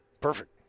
Perfect